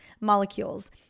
molecules